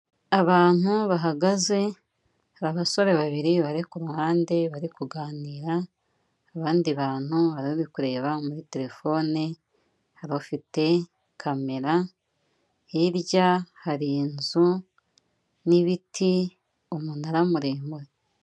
Abantu bahagaze, hari abasore babiri bari ku ruhande, bari kuganira, abandi bantu, hari uri kureba muri terefone, hari ufite kamera, hirya hari inzu n'ibiti, umunara muremure.